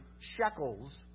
shekels